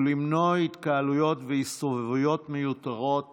ולהימנע מהתקהלויות ומהסתובבויות מיותרות